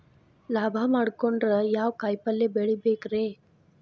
ಲಾಭ ಮಾಡಕೊಂಡ್ರ ಯಾವ ಕಾಯಿಪಲ್ಯ ಬೆಳಿಬೇಕ್ರೇ?